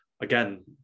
again